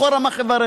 בכל רמ"ח איבריכם.